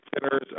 centers